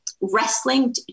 wrestling